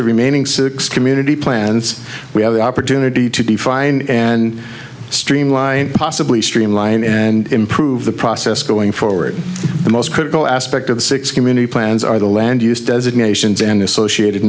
the remaining six community plants we have the opportunity to define and streamline possibly streamline and improve the process going forward the most critical aspect of the six community plans are the land use designations and associated